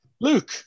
Luke